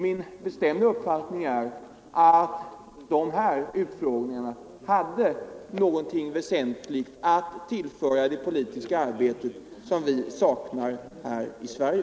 Min bestämda uppfattning är att de här utfrågningarna tillförde det politiska arbetet något väsentligt som vi saknar i Sverige.